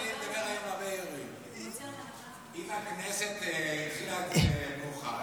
אם הכנסת התחילה מאוחר,